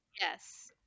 Yes